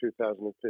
2015